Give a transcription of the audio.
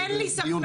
אין לי ספק.